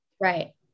right